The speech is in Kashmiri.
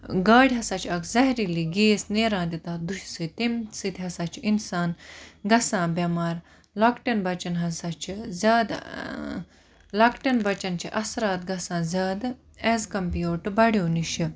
گاڈِ ہَسا چھُ اکھ زہریلی گیس نیران تہِ تَتھ دُہہِ سۭتۍ تمہِ سۭتۍ تمہِ سۭتۍ ہَسا چھُ اِنسان گَژھان بیٚمار لۄکٹن بَچَن ہَسا چھُ زیادٕ لۄکٹن بَچَن چھ اَثرات گَژھان زیادٕ ایز کَمپِیٲڑ ٹہُ بَڑیٚو نِش